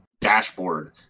dashboard